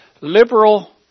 Liberal